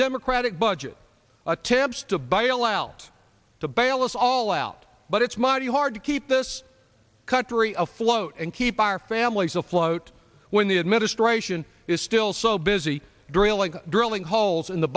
democratic budget attempts to buy a while to bail us all out but it's mighty hard to keep this country afloat and keep our families afloat when the administration is still so busy drilling drilling holes in the